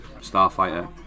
Starfighter